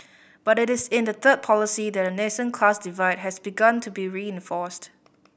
but it is in the third policy that a nascent class divide has begun to be reinforced